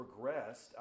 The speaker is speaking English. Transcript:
progressed